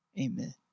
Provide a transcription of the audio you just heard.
Amen